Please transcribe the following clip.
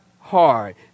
hard